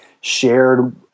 shared